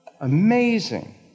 Amazing